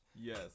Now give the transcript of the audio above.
Yes